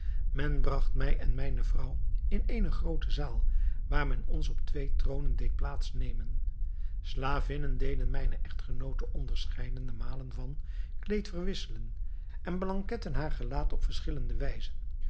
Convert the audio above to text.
men bragt mij en mijne vrouw in eene groote zaal waar men ons op twee troonen deed plaats nemen slavinnen deden mijne echtgenoote onderscheidene malen van kleed verwisselen en blanketten haar gelaat op verschillende wijzen